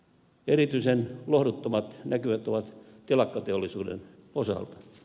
erityisen lohduttomat näkymät ovat telakkateollisuuden osalta